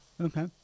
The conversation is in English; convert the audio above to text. okay